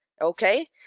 okay